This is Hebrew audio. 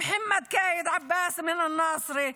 מוחמד קאיד עבאס מנצרת,